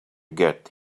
get